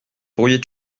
pourriez